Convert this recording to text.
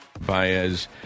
Baez